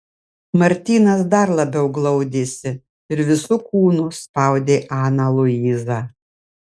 martynas dar labiau glaudėsi ir visu kūnu spaudė aną luizą